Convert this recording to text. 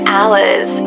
Hours